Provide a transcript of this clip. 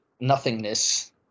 nothingness